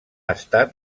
estat